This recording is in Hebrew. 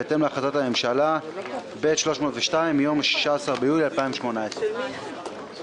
בהתאם להחלטת הממשלה ב/302 מיום 16 ביולי 2018. שאלות.